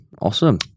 Awesome